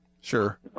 Sure